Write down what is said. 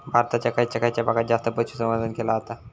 भारताच्या खयच्या भागात जास्त पशुसंवर्धन केला जाता?